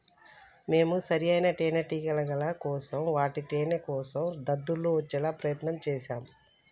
మేము సరైన తేనేటిగల కోసం వాటి తేనేకోసం దద్దుర్లు వచ్చేలా ప్రయత్నం చేశాం